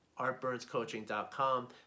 ArtBurnsCoaching.com